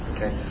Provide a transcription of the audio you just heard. Okay